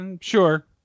Sure